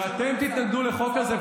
שאתם תתנגדו לחוק כזה?